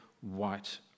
white